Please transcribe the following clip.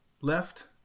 left